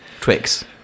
Twix